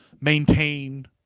maintain